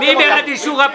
שכנעתם אותנו.